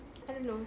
I don't know